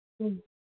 हाँ